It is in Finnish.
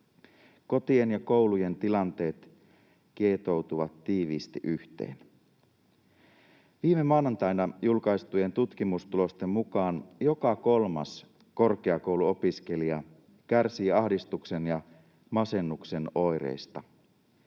Kotien ja koulujen tilanteet kietoutuvat tiiviisti yhteen. Viime maanantaina julkaistujen tutkimustulosten mukaan joka kolmas korkeakoulu-opiskelija kärsii ahdistuksen ja masennuksen oireista.